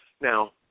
Now